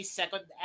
second